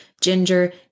ginger